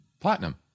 platinum